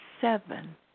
seven